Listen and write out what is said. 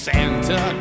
Santa